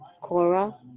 Cora